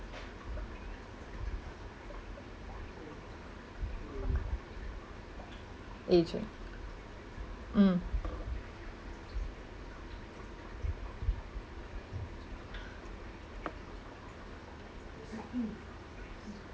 agent mm